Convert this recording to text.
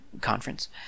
conference